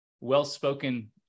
well-spoken